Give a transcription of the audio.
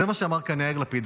זה מה שאמר כאן יאיר לפיד.